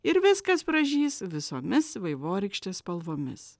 ir viskas pražys visomis vaivorykštės spalvomis